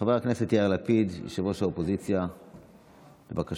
חבר הכנסת יאיר לפיד, יושב-ראש האופוזיציה, בבקשה.